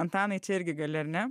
antanai čia irgi gali ar ne